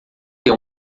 ter